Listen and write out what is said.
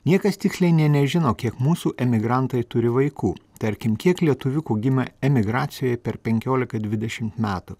niekas tiksliai nė nežino kiek mūsų emigrantai turi vaikų tarkim kiek lietuviukų gimė emigracijoj per penkiolika dvidešim metų